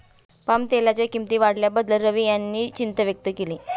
पामतेलाच्या किंमती वाढल्याबद्दल रवी यांनी चिंता व्यक्त केली